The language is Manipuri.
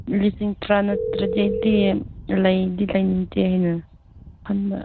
ꯂꯤꯁꯤꯡ ꯇꯔꯥ ꯅꯠꯇ꯭ꯔꯗꯤ ꯑꯩꯗꯤ ꯂꯩꯗꯤ ꯂꯩꯅꯤꯡꯗꯦ ꯍꯥꯏꯅ ꯈꯟꯕ